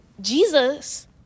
jesus